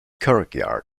kirkyard